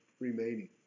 remaining